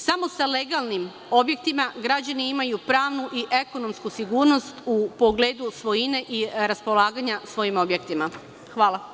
Samo sa legalnim objektima građani imaju pravnu i ekonomsku sigurnost u pogledu svojine i raspolaganja svojim objektima.